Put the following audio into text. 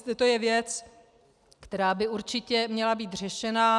Takže to je věc, která by určitě měla být řešena.